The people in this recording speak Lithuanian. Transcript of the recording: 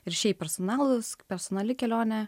ir šiaip personalūs personali kelionę